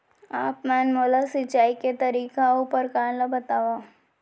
आप मन मोला सिंचाई के तरीका अऊ प्रकार ल बतावव?